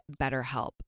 BetterHelp